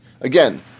Again